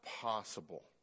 possible